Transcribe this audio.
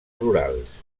rurals